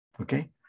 Okay